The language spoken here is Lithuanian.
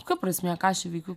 kokia prasmė ką aš čia veikiu